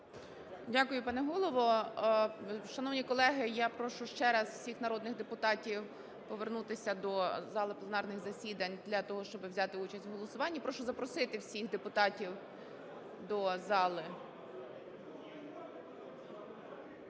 Дякую, пане голово. Шановні колеги, я прошу ще раз всіх народних депутатів повернутися до зали пленарних засідань для того, щоби взяти участь у голосуванні. Прошу запросити всіх депутатів до зали.